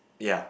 yea